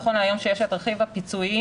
נכון להיום שיש את רכיב הפיצויים,